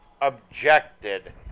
objected